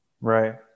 Right